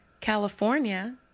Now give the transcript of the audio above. California